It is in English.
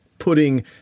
putting